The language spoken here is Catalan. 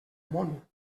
món